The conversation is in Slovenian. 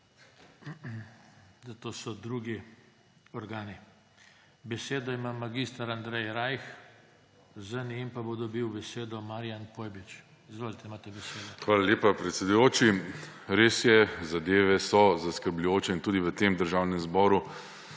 Za to so drugi organi. Besedo ima mag. Andrej Rajh, za njim pa bo dobil besedo Marijan Pojbič. Izvolite, imate besedo. MAG. ANDREJ RAJH (PS SAB): Hvala lepa, predsedujoči. Res je, zadeve so zaskrbljujoče in tudi v tem Državnem zboru